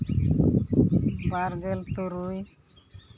ᱵᱟᱨᱜᱮᱞ ᱛᱩᱨᱩᱭ